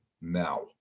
now